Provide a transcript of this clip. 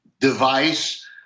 device